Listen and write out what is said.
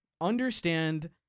Understand